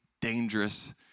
dangerous